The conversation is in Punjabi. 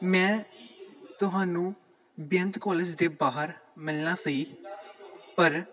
ਮੈਂ ਤੁਹਾਨੂੰ ਬੇਅੰਤ ਕੋਲੇਜ ਦੇ ਬਾਹਰ ਮਿਲਣਾ ਸੀ ਪਰ